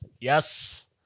Yes